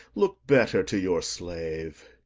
look better to your slave.